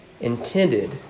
intended